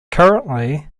currently